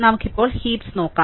നമുക്ക് ഇപ്പോൾ ഹീപ്സ് നോക്കാം